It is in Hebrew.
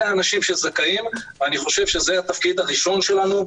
אלה האנשים שזכאים ואני חושב שזה התפקיד הראשון שלנו,